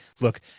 look